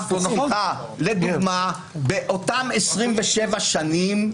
באותן 27 שנים,